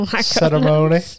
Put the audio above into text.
ceremony